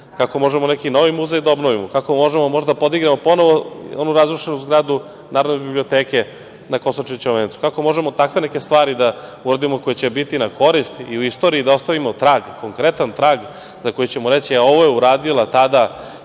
kako možemo neki novi muzej da obnovimo, kako možemo možda da podignemo ponovo onu razrušenu zgradu Narodne biblioteke na Kosančićevom vencu, kako možemo takve neke stvari da uradimo koje će biti na korist i u istoriji da ostavim trag, konkretan trag, za koji ćemo reći – e, ovo je uradila tada